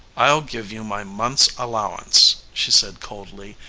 i'll give you my month's allowance, she said coldly,